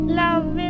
love